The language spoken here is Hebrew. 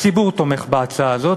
הציבור תומך בהצעה זאת.